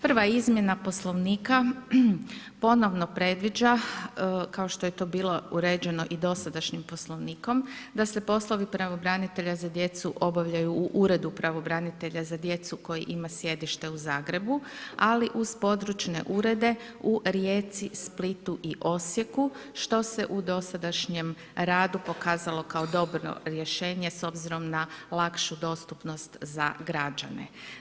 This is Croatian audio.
Prva izmjena poslovnika ponovno predviđa, kao što je to bilo uređeno i dosadašnjim poslovnikom da se poslovi pravobranitelja za djecu obavljaju u Uredu pravobranitelja za djecu koji ima sjedište u Zagrebu, ali uz područne urede u Rijeci, Splitu i Osijeku, što se u dosadašnjem radu pokazalo kao dobro rješenje s obzirom na lakšu dostupnost za građane.